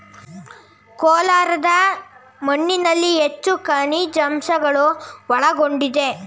ಕೋಲಾರದ ಮಣ್ಣಿನಲ್ಲಿ ಹೆಚ್ಚು ಖನಿಜಾಂಶಗಳು ಒಳಗೊಂಡಿದೆ